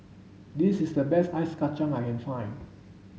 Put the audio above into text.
this is the best Ice Kachang I can find